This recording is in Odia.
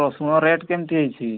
ରସୁଣ ରେଟ୍ କେମିତି ହେଇଛି